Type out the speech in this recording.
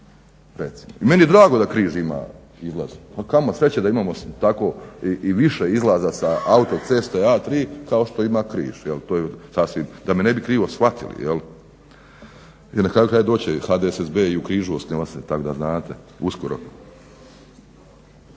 Meni je drago da Križ ima izlaz, kamo sreće da imamo tako i više izlaza sa autoceste A3 kao što ima Križ. To je sasvim, da me ne bi krivo shvatili. I na kraju krajeva doći će HDSSB i u Križu osniva se, tako da znate, uskoro.